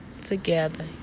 together